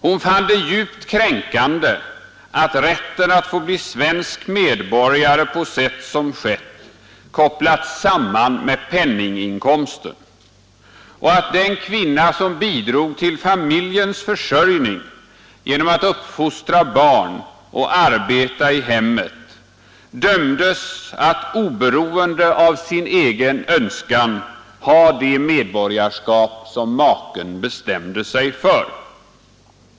Hon fann det djupt kränkande att rätten att få bli svensk medborgare på sätt som skett kopplats samman med penninginkomsten och att den kvinna som bidrog till familjens försörjning genom att uppfostra barn och arbeta i hemmet dömdes att oberoende av sin egen önskan ha det medborgarskap som maken bestämde sig för.